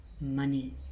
money